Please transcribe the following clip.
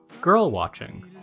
girl-watching